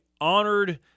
honored